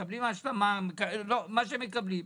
השלמה - מה שמקבלים.